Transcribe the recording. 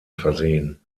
versehen